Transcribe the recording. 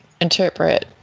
interpret